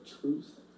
truth